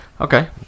Okay